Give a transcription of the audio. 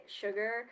Sugar